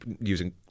using